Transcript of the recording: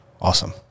Awesome